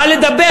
מה לדבר,